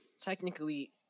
technically